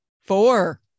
Four